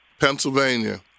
Pennsylvania